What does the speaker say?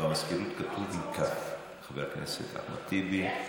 במזכירות כתוב עם כ', חבר הכנסת אחמד טיבי.